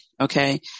Okay